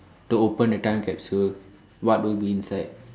to open a time capsule what will be inside